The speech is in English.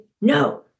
no